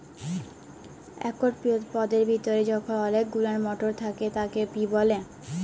একট পদের ভিতরে যখল অলেক গুলান মটর থ্যাকে তাকে পি ব্যলে